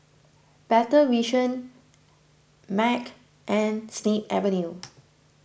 Better Vision Mag and Snip Avenue